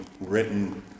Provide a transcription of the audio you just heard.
written